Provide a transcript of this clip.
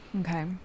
okay